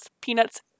peanuts